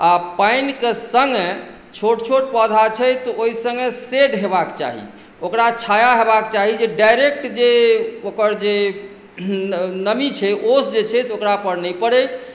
आओर पानिके सङ्गे छोट छोट पौधा छै तऽ ओहि सङ्गे शेड हेबाक चाही ओकरा छाया हेबाक चाही जे डायरेक्ट जे ओकर जे नमी छै ओस जे छै से ओकरा पर नहि पड़ै